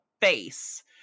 face